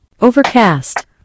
overcast